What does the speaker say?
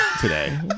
today